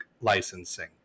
licensing